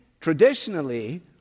traditionally